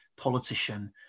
politician